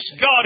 God